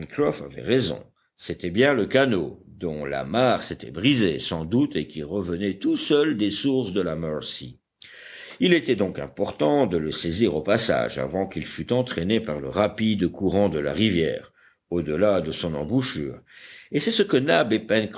avait raison c'était bien le canot dont l'amarre s'était brisée sans doute et qui revenait tout seul des sources de la mercy il était donc important de le saisir au passage avant qu'il fût entraîné par le rapide courant de la rivière au delà de son embouchure et c'est ce que nab